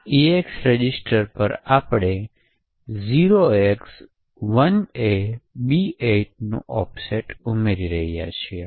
આ EX register પર આપણે 0x1AB8 નું ઑફસેટ ઉમેરી રહ્યા છીએ